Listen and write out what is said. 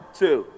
two